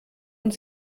und